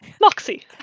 moxie